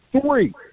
Three